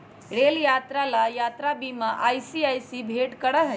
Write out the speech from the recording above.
rail यात्रा ला यात्रा बीमा आई.सी.आई.सी.आई भेंट करा हई